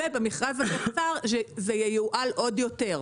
ובמכרז זה ייועל עוד יותר.